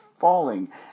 falling